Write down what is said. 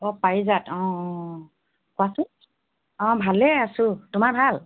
অ পাৰিজাত অ অ কোৱাচোন অ ভালেই আছোঁ তোমাৰ ভাল